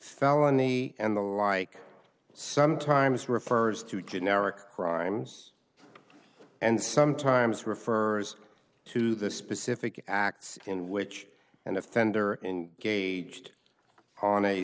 felony and the like sometimes refers to generic crimes and sometimes refers to the specific acts in which an offender gauged on a